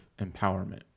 empowerment